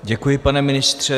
Děkuji vám, pane ministře.